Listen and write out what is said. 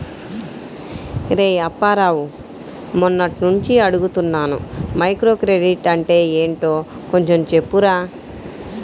రేయ్ అప్పారావు, మొన్నట్నుంచి అడుగుతున్నాను మైక్రోక్రెడిట్ అంటే ఏంటో కొంచెం చెప్పురా